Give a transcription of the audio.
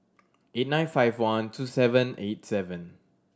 eight nine five one two seven eight seven